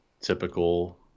typical